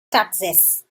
taxes